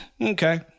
Okay